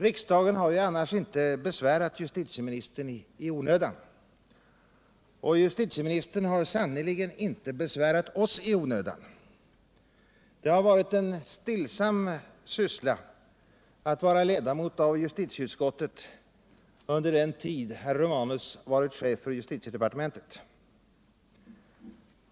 Riksdagen "har annars inte besvärat justitieministern i onödan, och justitieministern har sannerligen inte besvärat oss i onödan. Det har varit en stillsam syssla att vara ledamot av justitieutskottet under den tid herr Romanus varit chef för justitiedepartementet.